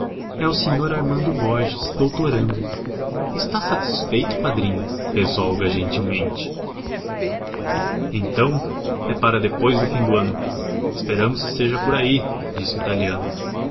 é o senhor armando borges doutorando está satisfeito padrinho fez olga gentilmente então é para depois do fim do ano esperamos que seja por aí disse o italiano